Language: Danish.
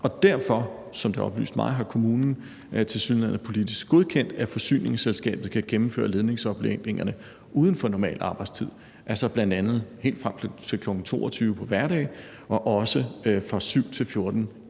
sådan som det er oplyst mig, tilsyneladende politisk godkendt, at forsyningsselskabet kan gennemføre ledningsomlægningerne uden for normal arbejdstid, bl.a. helt frem til kl. 22.00 på hverdage og fra kl.